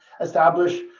establish